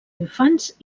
infants